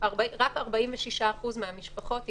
רק 46% מהמשפחות הגישו.